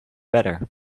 better